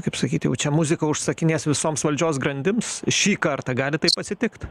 kaip sakyti jau čia muziką užsakinės visoms valdžios grandims šį kartą gali taip atsitikt